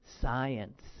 science